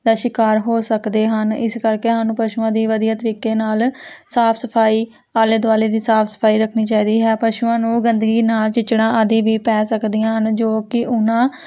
ਦਾ ਸ਼ਿਕਾਰ ਹੋ ਸਕਦੇ ਹਨ ਇਸ ਕਰਕੇ ਸਾਨੂੰ ਪਸ਼ੂਆਂ ਦੀ ਵਧੀਆ ਤਰੀਕੇ ਨਾਲ ਸਾਫ਼ ਸਫਾਈ ਆਲੇ ਦੁਆਲੇ ਦੀ ਸਾਫ਼ ਸਫਾਈ ਰੱਖਣੀ ਚਾਹੀਦੀ ਹੈ ਪਸ਼ੂਆਂ ਨੂੰ ਗੰਦਗੀ ਨਾਲ ਚਿੱਚੜਾਂ ਆਦਿ ਵੀ ਪੈ ਸਕਦੀਆਂ ਹਨ ਜੋ ਕਿ ਉਹਨਾਂ